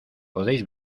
podéis